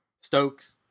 Stokes